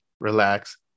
relax